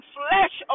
flesh